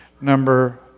number